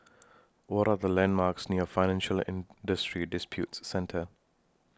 What Are The landmarks near Financial and Industry Disputes Centre